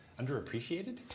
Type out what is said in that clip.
underappreciated